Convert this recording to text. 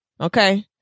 okay